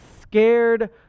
scared